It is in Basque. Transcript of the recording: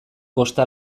kosta